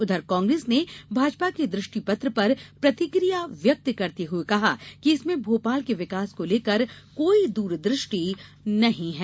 उधर कांग्रेस ने भाजपा के दृष्टिपत्र पर प्रतिकिया व्यक्त करते हुए कहा है कि इसमें भोपाल के विकास को लेकर कोई दूरदृष्टि नहीं हैं